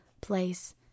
place